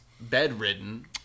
bedridden